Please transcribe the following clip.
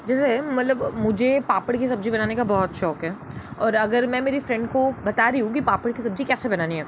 जैसे मतलब मुझे पापड़ की सब्ज़ी बनाने का बहुत शौक है और अगर मैं मेरी फ्रेंड को बता रही हूँ की पापड़ की सब्ज़ी कैसे बनानी है